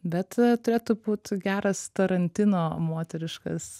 bet turėtų būt geras tarantino moteriškas